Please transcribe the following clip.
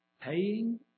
Paying